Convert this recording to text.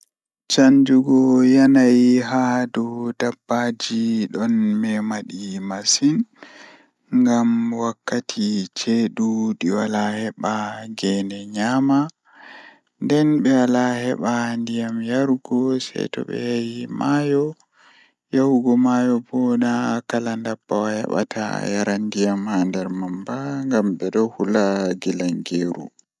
Chanjugu yanayi haa doo dabbaji ɗon mema ɗi masin, ngam wakkati ceɗuuji wala he baa gene nyama. Nden ɓe wala heɓa ndiyam yargu se to ɓe yahi maayo, yahugo mayo bu'u na kalan dabbawa heɓata yara ndiyam haa nder mamba gam ɓeɗo hulaa gilangiru.